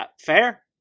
Fair